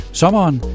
sommeren